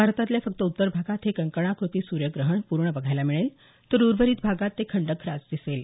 भारतातल्या फक्त उत्तर भागात हे कंकणाकृती सूर्यग्रहण पूर्ण पहायला मिळेल तर उर्वरित भागात ते खंडग्रास दिसेल